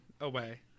away